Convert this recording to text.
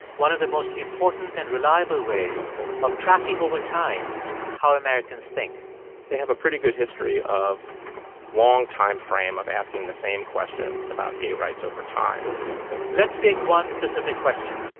one of the most important and reliable ways of tracking over time how americans think they have a pretty good history of long time frame of asking the same questions about gay rights over time let's take one specific question.